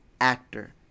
actor